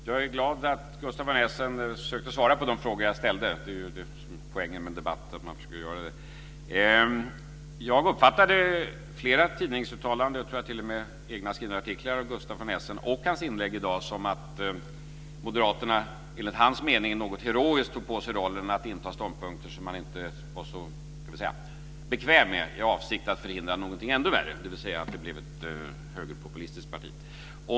Fru talman! Jag är glad att Gustaf von Essen försökte svara på de frågor jag ställde. Det är ju poängen med en debatt att man försöker göra det. Jag uppfattade flera tidningsuttalanden och t.o.m., tror jag, artiklar skrivna av Gustaf von Essen liksom hans inlägg i dag som att moderaterna enligt hans mening något heroiskt tog på sig rollen att inta ståndpunkter som han inte var så bekväm med i avsikt att förhindra någonting ännu värre, nämligen att det blev ett högerpopulistiskt parti.